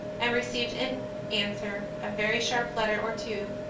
and received in answer a very sharp letter or two,